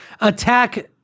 attack